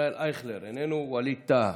ישראל אייכלר, איננו, ווליד טאהא,